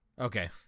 Okay